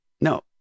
No